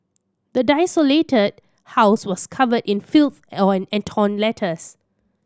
the desolated house was covered in filth and torn letters